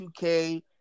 2K